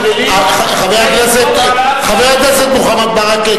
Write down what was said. חבר הכנסת מוחמד ברכה,